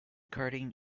karting